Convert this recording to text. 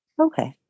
Okay